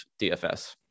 DFS